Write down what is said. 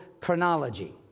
chronology